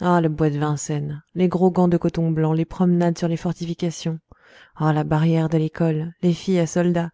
oh le bois de vincennes les gros gants de coton blanc les promenades sur les fortifications oh la barrière de l'école les filles à soldats